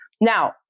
Now